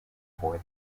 for